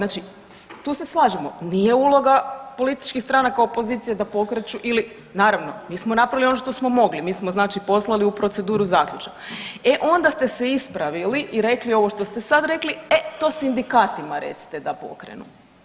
Znači tu se slažemo nije uloga političkih stranaka opozicije da pokreću ili naravno mi smo napravili ono što smo mogli, mi smo znači poslali u proceduru zaključak, e onda ste se ispravili i rekli ono što ste sad rekli, e to sindikatima recite da pokrenu.